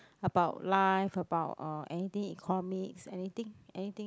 about life about uh anything economics anything anything